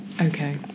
okay